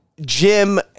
Jim